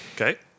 Okay